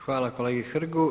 Hvala kolegi Hrgu.